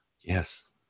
Yes